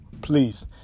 please